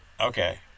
Okay